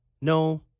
no